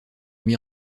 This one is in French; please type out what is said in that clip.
nuit